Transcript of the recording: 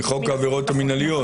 מחוק העבירות המינהליות.